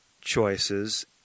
choices